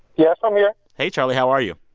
yes, i'm here hey, charlie. how are you?